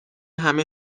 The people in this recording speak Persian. همه